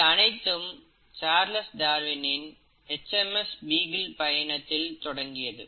இது அனைத்தும் சார்லஸ் டார்வினின ஹெச் எம் எஸ் பீகில் பயணத்தில் தொடங்கியது